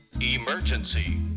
Emergency